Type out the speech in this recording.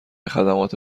خدمات